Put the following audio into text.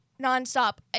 non-stop